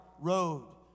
road